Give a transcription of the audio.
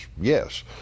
yes